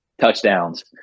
touchdowns